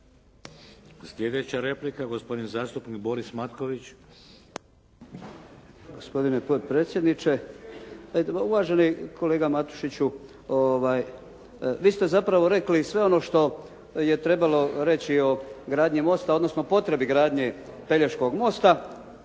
Sljedeća replika, gospodin zastupnik Boris Matković. **Matković, Borislav (HDZ)** Gospodine potpredsjedniče. Pa uvaženi kolega Matušiću vi ste zapravo rekli sve ono što je trebalo reći o gradnji mosta, odnosno potrebi gradnje Pelješkog mosta.